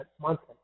monthly